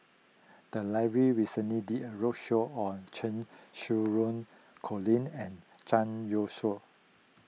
the library recently did a roadshow on Cheng Xinru Colin and Zhang Youshuo